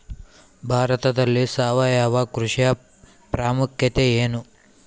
ಭಾರತದಲ್ಲಿ ಸಾವಯವ ಕೃಷಿಯ ಪ್ರಾಮುಖ್ಯತೆ ಎನು?